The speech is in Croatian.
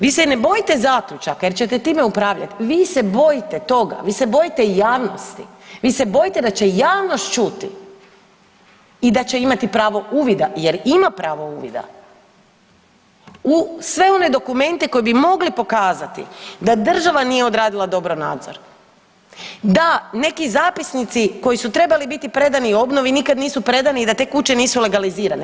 Vi se ne bojite zaključaka jer ćete time upravljati, vi se bojite toga, vi se bojite javnosti, vi se bojite da će javnost čuti i da će imati pravo uvida jer ima pravo uvida u sve one dokumente koji bi mogli pokazati da država nije odradila dobro nadzor, da neki zapisnici koji su trebali biti predani obnovi nikad nisu predani i da te kuće nisu legalizirane.